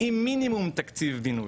עם מינימום תקציב בינוי.